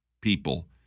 people